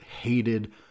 hated